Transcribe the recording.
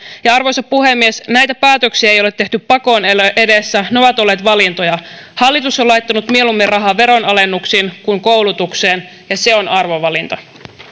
arvoisa puhemies näitä päätöksiä ei ole tehty pakon edessä ne ovat olleet valintoja hallitus on laittanut mieluummin rahaa veronalennuksiin kuin koulutukseen ja se on arvovalinta